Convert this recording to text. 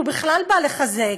הוא בכלל בא לחזק,